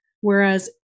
whereas